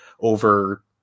over